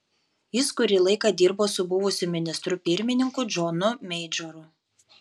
jis kurį laiką dirbo su buvusiu ministru pirmininku džonu meidžoru